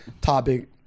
topic